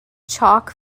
chalk